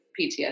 PTSD